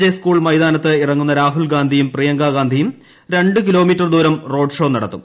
J school മൈതാനത്ത് ഇറങ്ങുന്ന രാഹുൽ ഗാന്ധിയും പ്രിയങ്കാഗാന്ധിയും രണ്ടു കിലോമീറ്റർ ദൂരം റോഡ് ഷോ നടത്തും